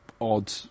odd